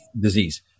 disease